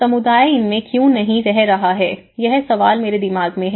समुदाय इनमें क्यों नहीं रह रहा है यह सवाल मेरे दिमाग में है